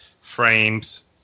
frames